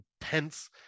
intense